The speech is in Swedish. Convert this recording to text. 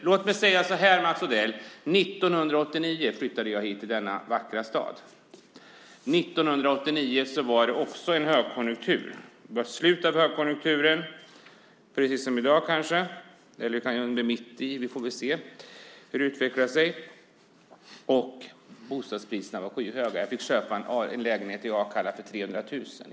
Låt mig säga så här, Mats Odell: 1989 flyttade jag till denna vackra stad. Då var det också högkonjunktur. Vi var i slutet av högkonjunkturen, precis som vi är i dag - eller kanske är vi mitt i; vi får väl se hur det utvecklar sig. Bostadspriserna var skyhöga. Jag fick köpa en lägenhet i Akalla för 300 000.